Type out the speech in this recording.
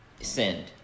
Send